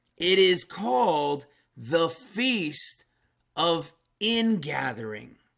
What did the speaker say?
it is called the feast of in gathering